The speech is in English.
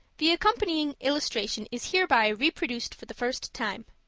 the accompanying illustration is hereby reproduced for the first time.